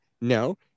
no